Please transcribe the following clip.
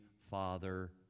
Father